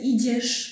Idziesz